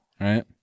right